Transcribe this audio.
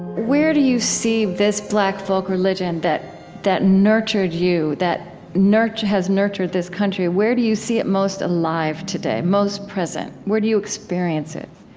where do you see this black folk religion that that nurtured you, that has nurtured this country, where do you see it most alive today, most present? where do you experience it?